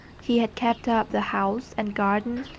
he had kept up the house and garden,